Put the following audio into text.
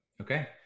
okay